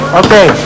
okay